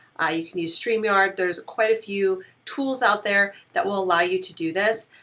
you can use stream yard, there's quite a few tools out there that will allow you to do this,